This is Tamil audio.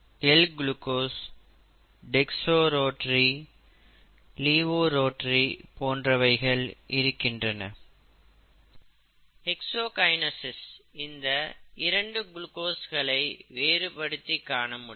எக்ஸோகினசினால் இந்த இரண்டு குளுக்கோஸ்களை வேறுபடுத்திக் காண முடியும்